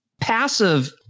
Passive